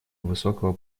высокого